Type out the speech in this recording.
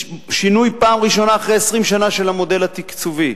שינוי, פעם ראשונה אחרי 20 שנה, של המודל התקצובי,